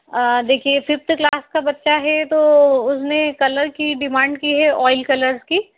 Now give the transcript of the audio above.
देखिए fifth class का बच्चा है तो उसने कलर की डिमांड की है ऑइल कलर्स की